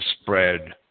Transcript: spread